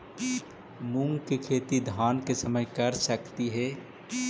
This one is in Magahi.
मुंग के खेती धान के समय कर सकती हे?